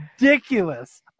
ridiculous